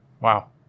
Wow